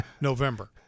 November